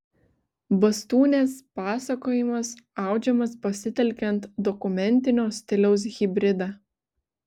bastūnės pasakojimas audžiamas pasitelkiant dokumentinio stiliaus hibridą